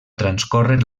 transcórrer